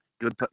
Good